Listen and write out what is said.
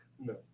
No